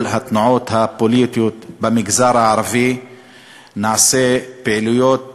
ועם כל התנועות הפוליטיות במגזר הערבי נעשה פעילויות